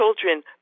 children